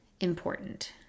important